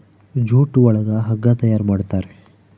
jute ಒಳಗ ಹಗ್ಗ ತಯಾರ್ ಮಾಡುತಾರೆ